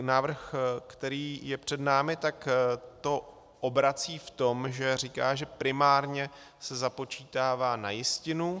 Návrh, který je před námi, to obrací v tom, že říká, že primárně se započítává na jistinu.